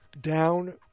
down